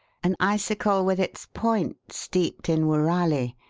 an icicle with its point steeped in woorali,